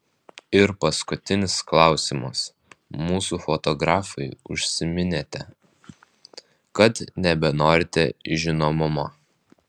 ir paskutinis klausimas mūsų fotografui užsiminėte kad nebenorite žinomumo